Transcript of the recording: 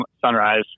sunrise